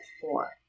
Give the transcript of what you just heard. four